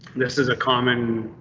this is a common